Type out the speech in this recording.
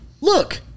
look